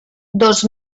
dos